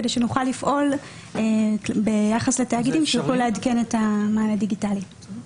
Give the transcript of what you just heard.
כדי שנוכל לפעול ביחס לתאגידים שיוכלו לעדכן את המען הדיגיטלי.